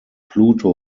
pluto